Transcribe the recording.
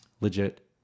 legit